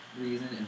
reason